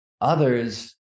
Others